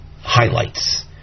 highlights